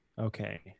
Okay